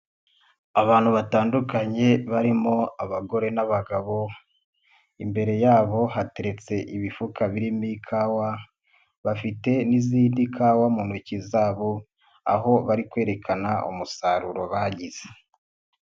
Abantu batandukanye, barimo abagore n'abagabo, imbere yabo hateretse ibifuka birimo ikawa, bafite n'izindi kawa mu ntoki zabo, aho bari kwerekana umusaruro bagize.